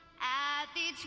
at